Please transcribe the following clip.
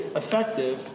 effective